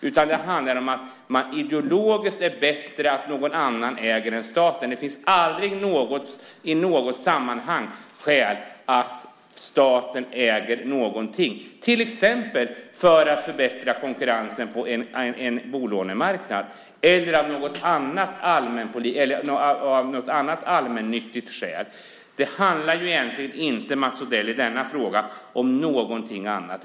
I stället handlar det om att det aldrig, inte i något sammanhang, finns några skäl för staten att äga någonting, exempelvis för att förbättra konkurrensen på en bolånemarknad eller något annat allmännyttigt skäl. Egentligen handlar denna fråga inte om någonting annat.